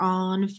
on